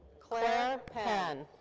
claire pan.